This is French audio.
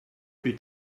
plus